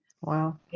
Wow